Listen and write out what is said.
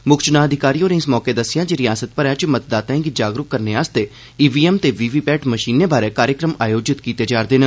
मुक्ख चुनां अधिकारी होरें इस मौके दस्सेआ जे रिआसत भरै च मतदाताएं गी जागरूक करने आस्तै ईवीएम ते वीवीपैट मषीनें बारै कार्यक्रम आयोजित कीते जा'रदे न